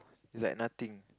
is like nothing